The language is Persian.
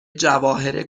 جواهر